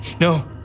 No